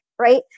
right